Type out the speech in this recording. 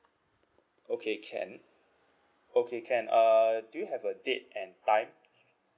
okay can okay can uh do you have a date and time